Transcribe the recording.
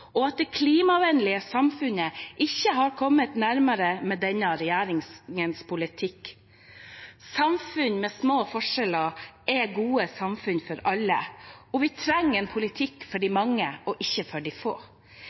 og det klimavennlige samfunnet har ikke kommet nærmere med denne regjeringens politikk. Samfunn med små forskjeller er gode samfunn for alle. Vi trenger en politikk for de mange – ikke for de få.